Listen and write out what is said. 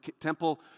temple